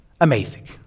amazing